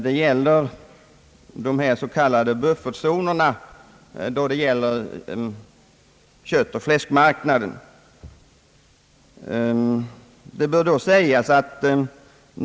Det gäller de s.k. buffertzonerna beträffande köttoch fläskmarknaden.